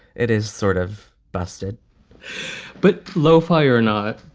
it is sort of busted but lo fi or not,